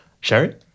Sherry